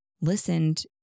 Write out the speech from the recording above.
listened